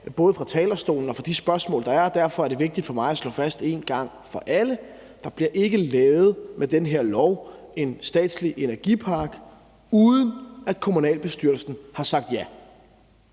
både fra talerstolen og fra de spørgsmål, der har været, og derfor er det vigtigt for mig at slå fast en gang for alle: Der bliver ikke med den her lov lavet en statslig energipark, uden at kommunalbestyrelsen har sagt ja.